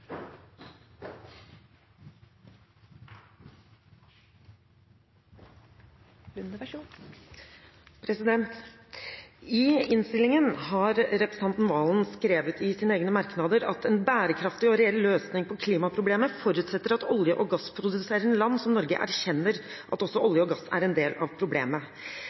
skrevet i sine egne merknader: «En bærekraftig og reell løsning på klimaproblemet forutsetter at olje- og gassproduserende land som Norge erkjenner at også olje og gass er en del av problemet.»